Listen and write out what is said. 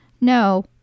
no